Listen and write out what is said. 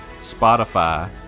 spotify